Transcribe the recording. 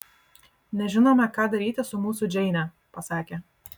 nežinome ką daryti su mūsų džeine pasakė